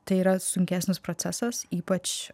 tai yra sunkesnis procesas ypač